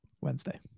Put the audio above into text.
Wednesday